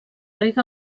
rega